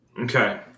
Okay